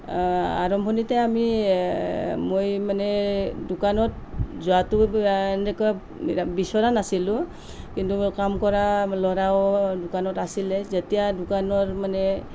আৰম্ভণিতে আমি মই মানে দোকানত যোৱাটো এনেকুৱা বিচৰা নাছিলোঁ কিন্তু কাম কৰা ল'ৰাও দোকানত আছিলে যেতিয়া দোকানৰ মানে